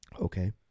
Okay